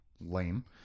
lame